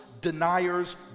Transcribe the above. deniers